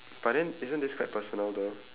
but then isn't this quite personal though